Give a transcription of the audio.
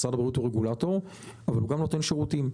משרד הבריאות הוא רגולטור אבל הוא גם נותן שירותים.